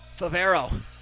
Favero